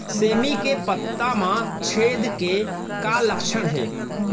सेमी के पत्ता म छेद के का लक्षण हे?